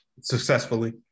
successfully